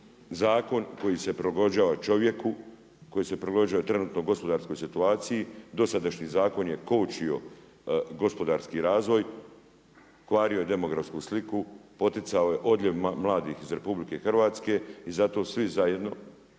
zakon koji se prilagođava čovjeku, koji se prilagođava trenutno gospodarskoj situaciji, dosadašnji zakon je kočio gospodarski razvoj, kvario demografsku sliku, poticao odljev mladih iz RH i zato svi zajedno,